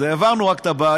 אז העברנו רק את הבעיה,